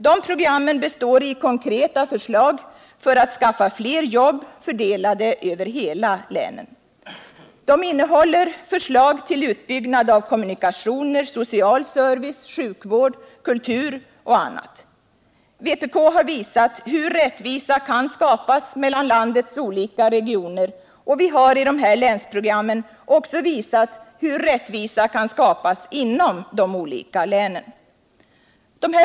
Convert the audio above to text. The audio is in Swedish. Dessa program består i konkreta förslag för att skaffa fler jobb fördelade över hela länet. De innehåller förslag till utbyggnad av kommunikationer, social service, sjukvård, kultur och annat. Vpk har visat hur rättvisa kan skapas mellan landets olika regioner, och vi har i dessa länsprogram också visat hur rättvisa kan skapas inom de olika länen.